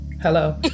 hello